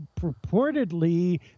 purportedly